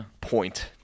point